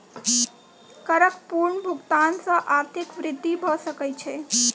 करक पूर्ण भुगतान सॅ आर्थिक वृद्धि भ सकै छै